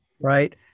right